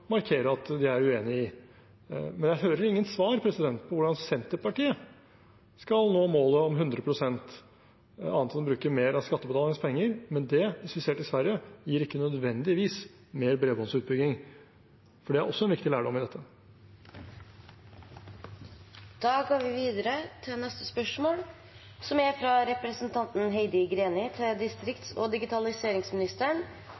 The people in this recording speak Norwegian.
at de er uenig i. Jeg hører ingen svar på hvordan Senterpartiet skal nå målet om 100 pst. annet enn å bruke mer av skattebetalernes penger. Det, hvis vi ser til Sverige, gir ikke nødvendigvis mer bredbåndsutbygging. Det er også en viktig lærdom i dette. Dette spørsmålet, fra representanten Heidi Greni til